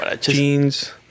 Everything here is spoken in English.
jeans